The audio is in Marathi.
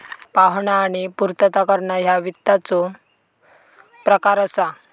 पाहणा आणि पूर्तता करणा ह्या वित्ताचो प्रकार असा